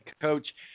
coach